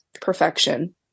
perfection